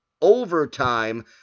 overtime